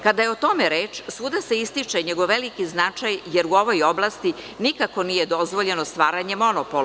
Kada je o tome reč, svuda se ističe njegov veliki značaj, jer u ovoj oblasti nikako nije dozvoljeno stvaranje monopola.